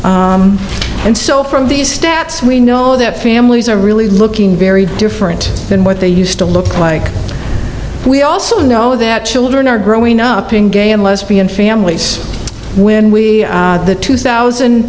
unmarried and so from these stats we know that families are really looking very different than what they used to look like we also know that children are growing up in gay and lesbian families when we the two thousand